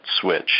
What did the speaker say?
switch